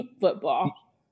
football